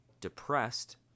depressed